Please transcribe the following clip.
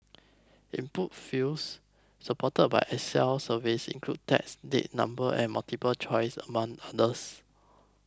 input fields supported by Excel surveys include text date number and multiple choices among others